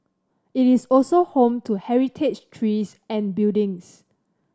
it is also home to heritage trees and buildings